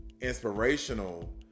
inspirational